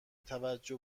توجه